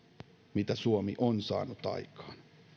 mitä suomi on saanut aikaan